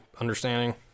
understanding